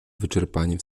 wyczerpanie